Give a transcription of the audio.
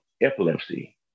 epilepsy